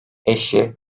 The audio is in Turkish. eşi